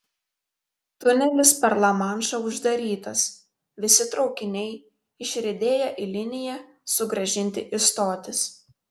tunelis per lamanšą uždarytas visi traukiniai išriedėję į liniją sugrąžinti į stotis